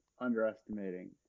underestimating